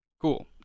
cool